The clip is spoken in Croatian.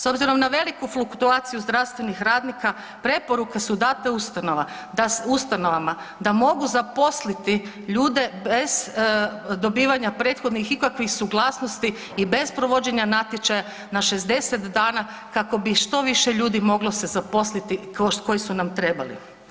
S obzirom na veliku fluktuaciju zdravstvenih radnika preporuke su date ustanovama da mogu zaposliti ljude bez dobivanja prethodnih ikakvih suglasnosti i bez provođenja natječaja na 60 dana kako bi što više ljudi moglo se zaposliti koji su nam trebali.